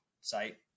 site